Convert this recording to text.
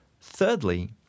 Thirdly